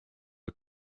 are